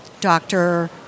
doctor